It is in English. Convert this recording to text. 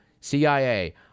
CIA